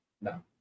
no